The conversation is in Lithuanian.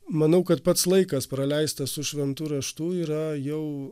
manau kad pats laikas praleistas su šventu raštu yra jau